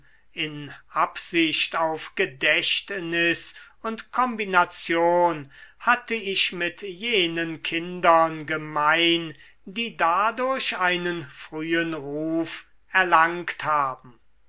in absicht auf gedächtnis und kombination hatte ich mit jenen kindern gemein die dadurch einen frühen ruf erlangt haben